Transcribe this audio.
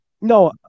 No